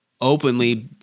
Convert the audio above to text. openly